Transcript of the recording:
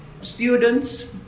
students